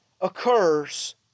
occurs